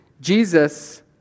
Jesus